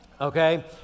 Okay